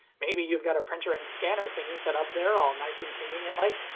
maybe you've got a printer and scanner thingy set up there all nice and convenient like.